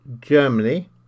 Germany